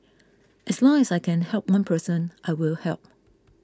as long as I can help one person I will help